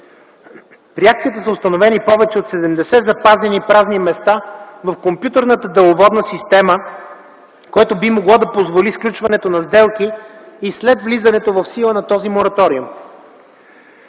акцията са установени повече от 70 запазени празни номера в компютърната деловодна система, което би могло да позволи сключването на сделки и след влизането в сила на този мораториум.